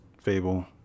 Fable